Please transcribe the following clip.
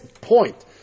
point